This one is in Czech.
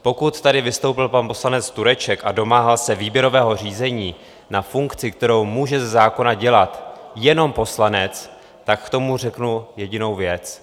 Pokud tady vystoupil pan poslanec Tureček a domáhal se výběrového řízení na funkci, kterou může ze zákona dělat jenom poslanec, tak k tomu řeknu jedinou věc.